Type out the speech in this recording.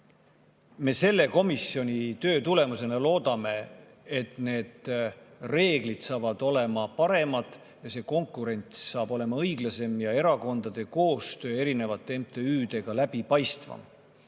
et komisjoni töö tulemusena need reeglid saavad olema paremad, konkurents saab olema õiglasem ja erakondade koostöö erinevate MTÜ-dega läbipaistvam.